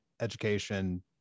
education